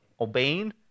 obeying